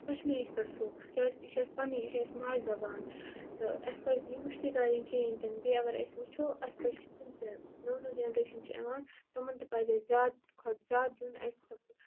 کشمیریِس پٮ۪ٹھ فوکَس کیازِ یہِ چھےٚ اَسہِ پَننی یہِ چھِ اَسہِ ماجہِ زبان تہٕ اَسہِ پَزِنہٕ یہِ مٔشتی کَرٕنۍ کِہیٖنۍ تِنہٕ بیٚیہِ اَگر أسۍ وٕچھو اَسہِ پَزِ شُرٮ۪ن تہِ یُس نوٚو نوٚو جینریشَن چھِ یوان تمَن تہِ پَزِ اَسہِ زیادٕ کھۄتہٕ زیادٕ دِیُن اسہِ